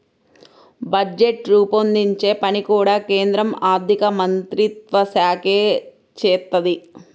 budget రూపొందించే పని కూడా కేంద్ర ఆర్ధికమంత్రిత్వశాఖే చేత్తది